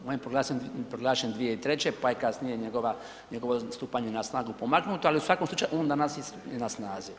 On je proglašen 2003., pa je kasnije njegova, njegovo stupanje na snagu pomaknuto, ali u svakom slučaju on danas je na snazi.